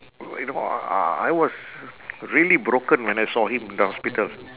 w~ you know I I was really broken when I saw him in the hospital